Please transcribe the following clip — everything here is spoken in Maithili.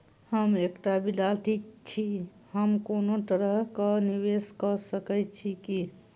हम एकटा विधार्थी छी, हम कोनो तरह कऽ निवेश कऽ सकय छी की?